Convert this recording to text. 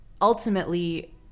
ultimately